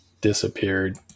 disappeared